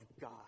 God